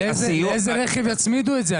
לאיזה רכב יצמידו את זה?